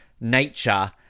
nature